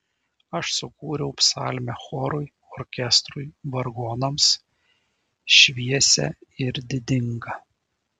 aš sukūriau psalmę chorui orkestrui vargonams šviesią ir didingą